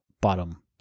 bottom